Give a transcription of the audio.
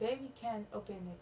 baby can open